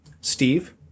Steve